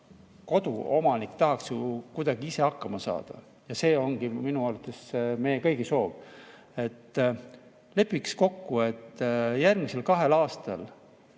koduomanik tahaks ju kuidagi ise hakkama saada, ja see ongi minu arvates meie kõigi soov. Lepiks kokku, et järgmisel kahel aastal,